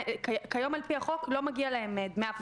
כיום על-פי החוק לא מגיע להם דמי אבטלה.